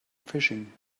fishing